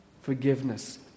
forgiveness